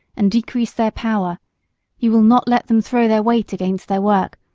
and decrease their power you will not let them throw their weight against their work,